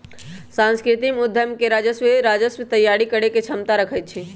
सांस्कृतिक उद्यम के उत्पाद राजस्व तइयारी करेके क्षमता रखइ छै